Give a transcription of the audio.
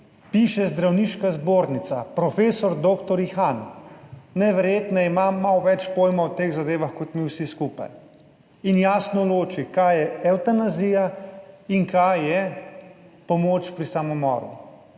piše Zdravniška zbornica, profesor doktor Ihan; najverjetneje ima malo več pojma o teh zadevah kot mi vsi skupaj in jasno loči, kaj je evtanazija in kaj je pomoč pri samomoru.